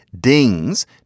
dings